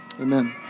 Amen